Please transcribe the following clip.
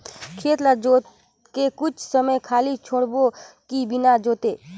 खेत ल जोत के कुछ समय खाली छोड़बो कि बिना जोते?